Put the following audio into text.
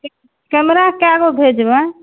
camera कै गो भेजबै